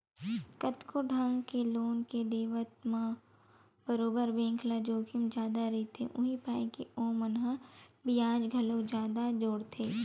कतको ढंग के लोन के देवत म बरोबर बेंक ल जोखिम जादा रहिथे, उहीं पाय के ओमन ह बियाज घलोक जादा जोड़थे